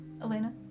Elena